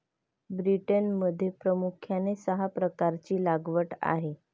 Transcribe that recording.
ब्रिटनमध्ये प्रामुख्याने सहा प्रकारची लागवड आहे